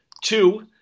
Two